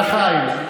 תודה, חיים.